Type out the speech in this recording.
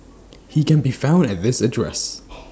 he can be found at this address